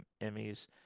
Emmys